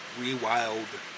rewild